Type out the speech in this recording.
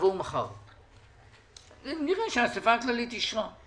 תבואו מחר אחרי שנראה שהאסיפה הכללית אישרה.